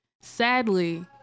Sadly